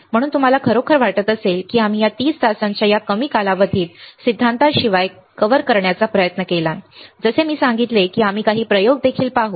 म्हणून जर तुम्हाला खरोखर वाटत असेल की आम्ही या सिद्धांताशिवाय 30 तासांच्या या कमी कालावधीत कव्हर करण्याचा प्रयत्न केला आहे जसे की मी सांगितले की आम्ही काही प्रयोग देखील करू